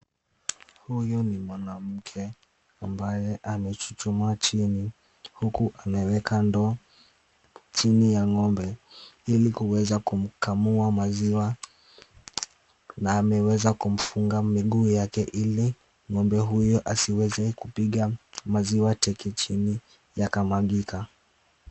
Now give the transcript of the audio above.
Huyu ni mwanamke, ambaye amechuchuma chini huku ameweka ndoo chini ya ng'ombe, ili kuweza kumkamua maziwa na ameweza kumfunga miguu yake ili ng'ombe huyu asiweze kupiga maziwa teke chini yakamwagika.